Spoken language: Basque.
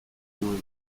nuen